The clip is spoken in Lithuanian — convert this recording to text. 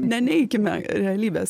neneikime realybės